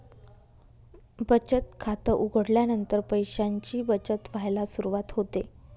बचत खात उघडल्यानंतर पैशांची बचत व्हायला सुरवात होते